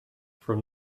from